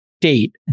date